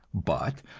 but,